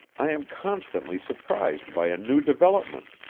i am constantly surprised by a new development,